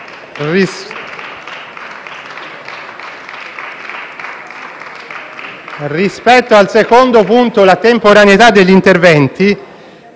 Rispetto al secondo punto, la temporaneità degli interventi,